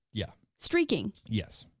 yeah. streaking. yes.